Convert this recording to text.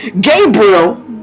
Gabriel